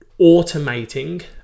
automating